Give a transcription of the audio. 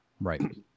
Right